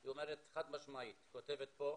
היא אומרת חד משמעית, היא כותבת פה,